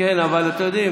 אתם יודעים,